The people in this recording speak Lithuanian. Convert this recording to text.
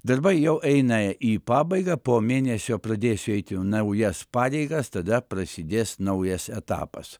darbai jau eina į pabaigą po mėnesio pradėsiu eiti jau naujas pareigas tada prasidės naujas etapas